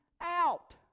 out